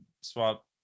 swap